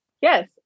Yes